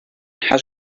has